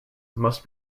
must